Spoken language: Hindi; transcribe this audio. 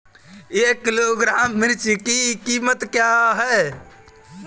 एक किलोग्राम मिर्च की कीमत क्या है?